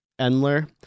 Endler